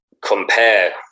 compare